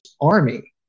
army